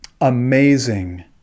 Amazing